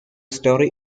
story